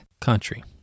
country